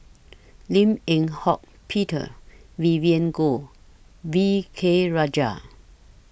Lim Eng Hock Peter Vivien Goh V K Rajah